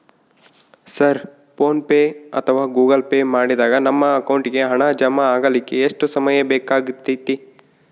Sir PhonePe ಅಥವಾ Google pay ಮಾಡಿದಾಗ ನಮ್ಮ ಅಕೌಂಟಿಗೆ ಹಣ ಜಮಾ ಆಗಲಿಕ್ಕೆ ಎಷ್ಟು ಸಮಯ ಬೇಕಾಗತೈತಿ?